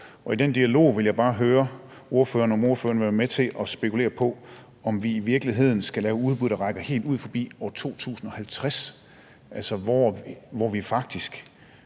og i den dialog vil jeg bare høre om ordføreren vil være med til at spekulere på, om vi i virkeligheden skal lave udbud, der rækker helt ud forbi år 2050, hvor vi faktisk